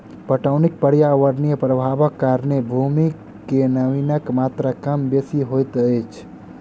पटौनीक पर्यावरणीय प्रभावक कारणेँ भूमि मे नमीक मात्रा कम बेसी होइत अछि